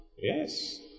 Yes